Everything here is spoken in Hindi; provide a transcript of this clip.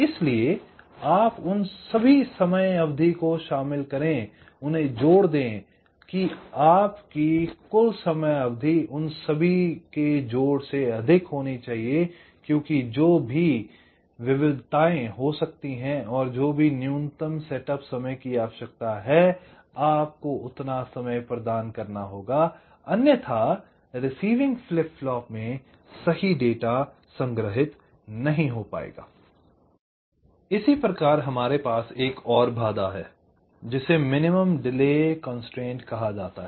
इसलिए आप उन सभी समयावधि को शामिल करें उन्हें जोड़ दें कि आपकी कुल समयावधि उससे अधिक होनी चाहिए क्योंकि जो भी विविधताएं हो सकती हैं और जो भी न्यूनतम सेटअप समय की आवश्यकता है आपको उतना समय प्रदान करना होगा अन्यथा रिसीविंग फ्लिप फ्लॉप में सही डेटा संग्रहित नहीं हो पायेगा I तोइसी प्रकार हमारे पास एक और बाधा है जिसे मिनिमम डिले कन्सट्रैन्ट कहा जाता है